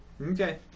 Okay